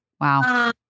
Wow